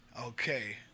Okay